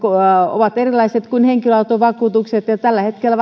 ovat erilaiset kuin henkilöautovakuutukset ja tällä hetkellä